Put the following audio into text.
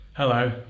Hello